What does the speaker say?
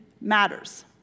matters